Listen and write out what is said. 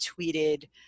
tweeted